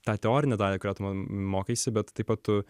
tą teorinę dalį kurią tu mokaisi bet taip pat tu